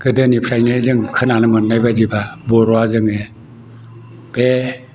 गोदोनिफ्रायनो जों खोनानो मोननाय बायदिब्ला बर'आ जोङो बे